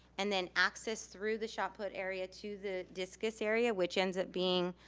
and then access through the shot put area to the discus area which ends up being